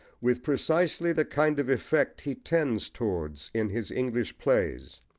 with precisely the kind of effect he tends towards in his english plays.